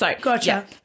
gotcha